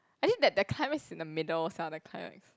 actually that that climax is in the middle sia the climax